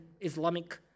Islamic